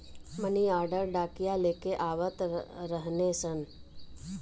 मनी order डाकिया लेके आवत रहने सन